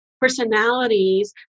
personalities